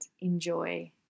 enjoy